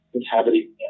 inhabiting